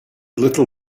little